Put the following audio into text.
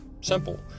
simple